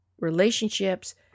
relationships